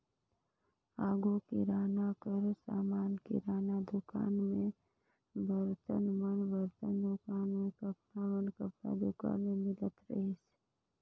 आघु किराना कर समान किराना दुकान में, बरतन मन बरतन दुकान में, कपड़ा मन कपड़ा दुकान में मिलत रहिस